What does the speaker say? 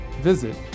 visit